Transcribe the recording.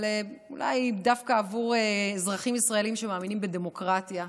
אבל אולי דווקא עבור אזרחים ישראלים שמאמינים בדמוקרטיה,